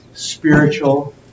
spiritual